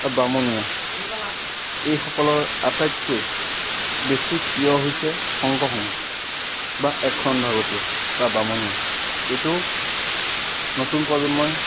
বা বামুণীয়া এইসকলৰ আটাইতকৈ বেছি প্ৰিয় হৈছে শংকৰসংঘ বা এক শৰণ ভাগৱতীয়া বা বামুণীয়া এইটো নতুন প্ৰজন্মই